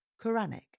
Quranic